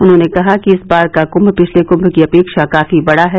उन्होंने कहा कि इस बार का कुंग पिछले कुंग की अपेक्षा काफी बड़ा है